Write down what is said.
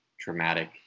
Traumatic